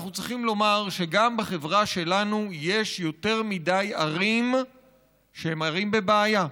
אנחנו צריכים לומר שגם בחברה שלנו יש יותר מדי ערים שהן ערים בבעיה.